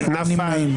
נפל.